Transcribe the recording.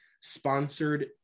sponsored